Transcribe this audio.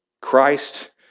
Christ